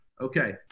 okay